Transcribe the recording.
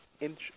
inch